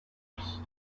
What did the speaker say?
años